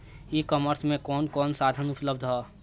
E commerce में कवन कवन साधन उपलब्ध ह?